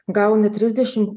gauna trisdešimt